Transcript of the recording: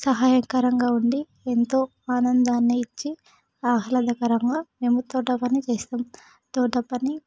సహయకరంగా ఉండి ఎంతో ఆనందాన్ని ఇచ్చి ఆహ్లాదకరంగా మేము తోట పని చేస్తాము తోట పని